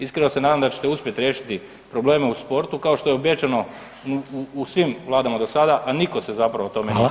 Iskreno se nadam da ćete uspjeti riješiti probleme u sportu kao što je obećano u svim vladama do sada, a nitko se zapravo o tome nije brinuo.